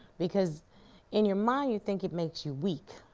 because in your mind you think it makes you weak.